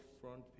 front